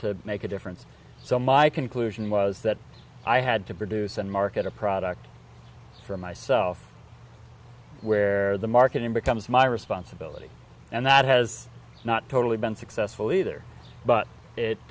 to make a difference so my conclusion was that i had to produce and market a product for myself where the marketing becomes my responsibility and that has not totally been successful either but it